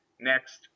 next